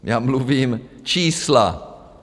Já mluvím čísla.